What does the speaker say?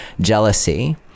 jealousy